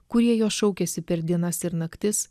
kurie jo šaukiasi per dienas ir naktis